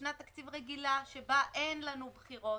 בשנת תקציב רגילה שבה אין לנו בחירות,